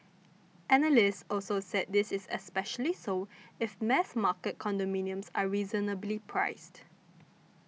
analysts also said this is especially so if mass market condominiums are reasonably priced